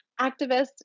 activist